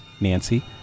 Nancy